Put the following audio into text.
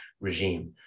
regime